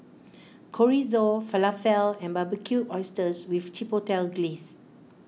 Chorizo Falafel and Barbecued Oysters with Chipotle Glaze